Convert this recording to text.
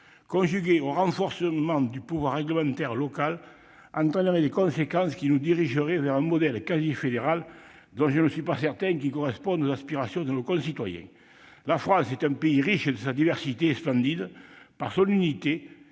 conjuguée au renforcement du pouvoir réglementaire local, entraînerait des conséquences qui nous dirigeraient vers un modèle quasi fédéral, dont je ne suis pas certain qu'il corresponde aux aspirations de nos concitoyens. La France est un pays riche de sa diversité et splendide par son unité,